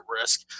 risk